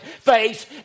face